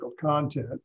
content